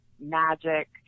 Magic